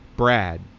Brad